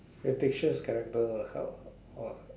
fictitious character what how !wah!